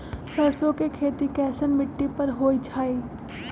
सरसों के खेती कैसन मिट्टी पर होई छाई?